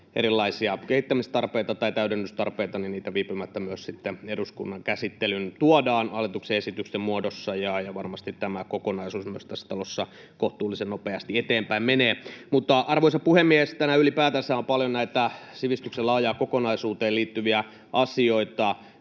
erilaisia kehittämistarpeita tai täydennystarpeita, niitä viipymättä myös sitten eduskunnan käsittelyyn tuodaan hallituksen esitysten muodossa. Varmasti tämä kokonaisuus myös tässä talossa kohtuullisen nopeasti eteenpäin menee. Arvoisa puhemies! Tänään ylipäätänsä on paljon näitä sivistyksen laajaan kokonaisuuteen liittyviä asioita